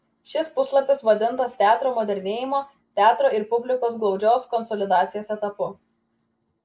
šis puslapis vadintinas teatro modernėjimo teatro ir publikos glaudžios konsolidacijos etapu